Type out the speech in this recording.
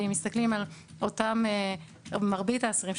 ואם מסתכלים על מרבית האסירים,